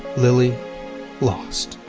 lilly lost.